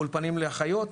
אולפנים לחיות,